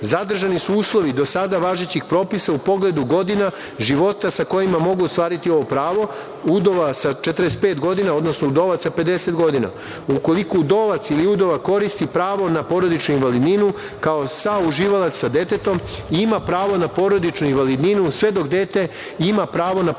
Zadržani su uslovi do sada važećih propisa u pogledu godina života sa kojima mogu ostvariti ovo pravo, udova sa 45 godina, odnosno udovac sa 50 godina. Ukoliko udovac ili udova koristi pravo na porodičnu invalidninu, kao sauživalac sa detetom, ima pravo na porodičnu invalidninu, sve dok dete ima pravo na porodičnu invalidninu,